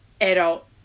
adult